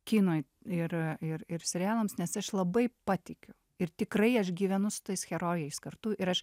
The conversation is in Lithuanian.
kinui ir a ir ir serialams nes aš labai patikiu ir tikrai aš gyvenu su tais herojais kartu ir aš